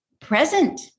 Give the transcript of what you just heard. present